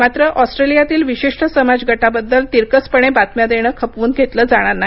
मात्र ऑस्ट्रेलियातील विशिष्ट समाज गटाबद्दल तिरकसपणे बातम्या देणं खपवून घेतलं जाणार नाही